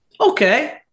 Okay